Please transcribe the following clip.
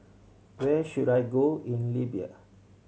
where should I go in Libya